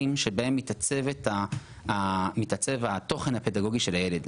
בשנים בהם מתעצב התוכן הפדגוגי של הילד,